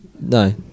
No